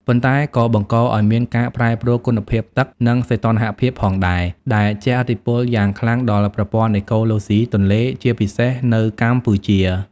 ប៉ុន្តែក៏បង្កឱ្យមានការប្រែប្រួលគុណភាពទឹក និងសីតុណ្ហភាពផងដែរ ដែលជះឥទ្ធិពលយ៉ាងខ្លាំងដល់ប្រព័ន្ធអេកូឡូស៊ីទន្លេ ជាពិសេសនៅកម្ពុជា។